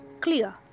clear